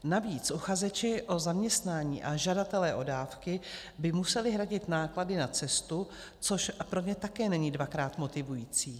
Navíc uchazeči o zaměstnání a žadatelé o dávky by museli hradit náklady na cestu, což pro ně také není dvakrát motivující.